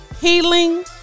healing